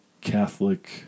Catholic